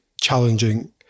challenging